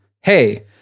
Hey